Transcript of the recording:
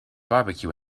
barbecue